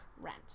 rent